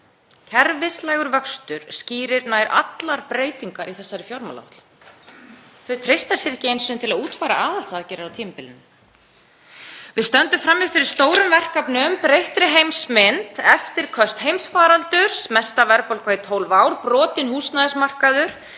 Kerfislægur vöxtur skýrir nær allar breytingar í þessari fjármálaáætlun. Þau treysta sér ekki einu sinni til að útfæra aðhaldsaðgerðir á tímabilinu. Við stöndum frammi fyrir stórum verkefnum, breyttri heimsmynd; eftirköst heimsfaraldurs, mesta verðbólga í 12 ár, brotinn húsnæðismarkaður,